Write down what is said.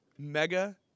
Mega